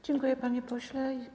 Dziękuję, panie pośle.